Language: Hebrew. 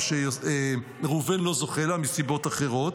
מה שראובן לא זוכה לה מסיבות אחרות.